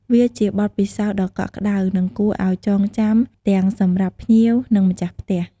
វាជាបទពិសោធន៍ដ៏កក់ក្តៅ និងគួរឱ្យចងចាំទាំងសម្រាប់ភ្ញៀវ និងម្ចាស់ផ្ទះ។